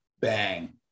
bang